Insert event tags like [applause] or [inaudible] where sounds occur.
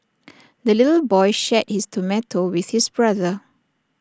[noise] the little boy shared his tomato with his brother